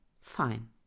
fine